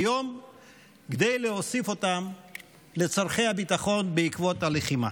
כדי להוסיף אותם לצורכי הביטחון בעקבות הלחימה.